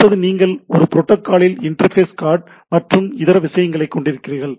அடுத்தது நீங்கள் ஒரு புரோட்டோக்காலில் இன்டர்ஃபேஸ் கார்ட் மற்றும் இதர விஷயங்களை கொண்டிருக்கிறீர்கள்